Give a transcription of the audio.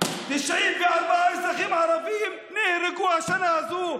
94 אזרחים ערבים נהרגו השנה הזאת.